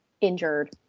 injured